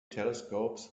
telescopes